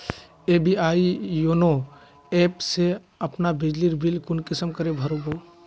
SBI YONO app से अपना बिजली बिल कुंसम करे भर बो?